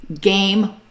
Game